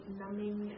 numbing